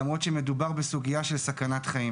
למרות שמדובר בסוגיה של סכנת חיים.